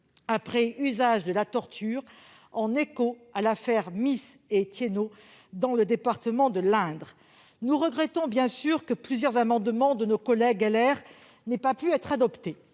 après usage de la torture, en écho à l'affaire Mis et Thiennot, dans le département de l'Indre. Nous regrettons évidemment que plusieurs amendements de nos collègues Les Républicains n'aient pas pu être adoptés.